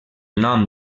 nom